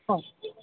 हा